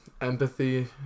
Empathy